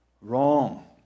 wrong